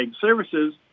Services